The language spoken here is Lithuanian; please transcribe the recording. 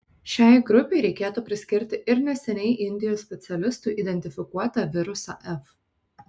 šiai grupei reikėtų priskirti ir neseniai indijos specialistų identifikuotą virusą f